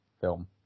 film